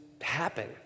happen